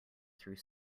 through